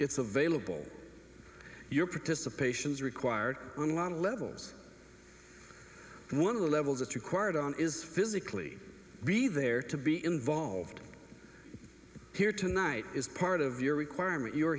it's available your participation is required on a lot of levels one of the levels that you quoted on is physically be there to be involved here tonight is part of your requirement you're